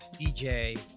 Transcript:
DJ